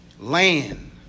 Land